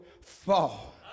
fall